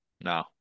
No